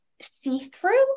see-through